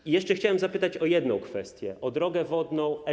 I jeszcze chciałem zapytać o jedną kwestię, o drogę wodną E40.